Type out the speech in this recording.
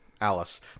Alice